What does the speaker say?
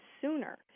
sooner